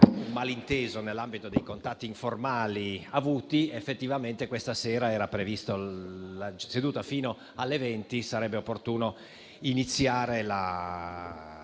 malinteso nell'ambito dei contatti informali avuti; effettivamente questa sera la seduta era prevista fino alle 20. Sarebbe opportuno iniziare la